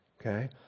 okay